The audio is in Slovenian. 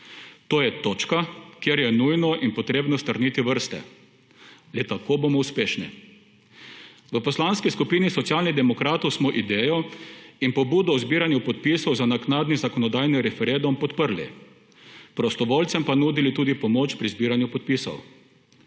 To je točka, kjer je nujno in potrebno strniti vrste, le tako bomo uspešni. V Poslanski skupini Socialnih demokratov smo idejo in pobudo o zbiranju podpisov za naknadni zakonodajni referendum podprli, prostovoljcem pa nudili tudi pomoč pri zbiranju podpisov,